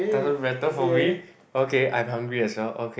doesn't matter for me okay I'm hungry as well okay